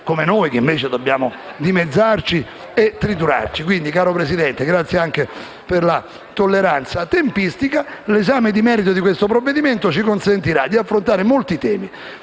di noi che, invece, dobbiamo dimezzarci e triturarci. Caro Presidente, la ringrazio dunque anche per la tolleranza sui tempi. L'esame di merito di questo provvedimento ci consentirà di affrontare molti temi,